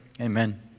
amen